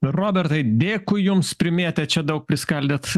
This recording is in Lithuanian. robertai dėkui jums primėtėt čia daug priskaldėt